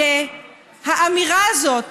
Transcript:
שהאמירה הזאת